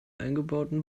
eingebauten